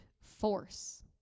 force